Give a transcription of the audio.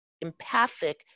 empathic